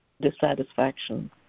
dissatisfaction